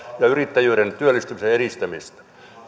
ja yrittäjyyden ja työllistymisen edistämistä